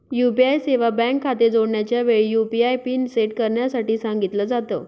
UPI सेवा bank खाते जोडण्याच्या वेळी, यु.पी.आय पिन सेट करण्यासाठी सांगितल जात